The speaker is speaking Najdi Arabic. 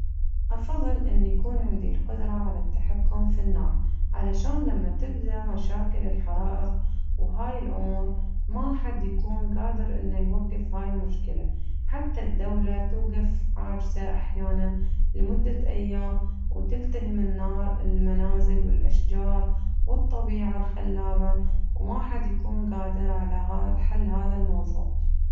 أفضل إني كون عندي القدرة على التحكم في النار علشان لما تبدى مشاكل الحرائق وهاي الأمور ما حد يكون قادر إنو يوقف هاي المشكلة حتى الدولة توقف عاجزة أحياناً لمدة أيام وتلتهم النار المنازل والأشجار والطبيعة الخلابة وما حد يكون قادر على حل هذا الموضوع.